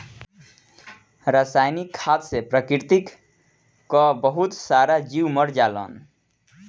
रासायनिक खाद से प्रकृति कअ बहुत सारा जीव मर जालन